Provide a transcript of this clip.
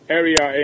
area